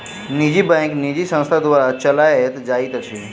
निजी बैंक निजी संस्था द्वारा चलौल जाइत अछि